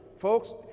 Folks